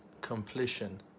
completion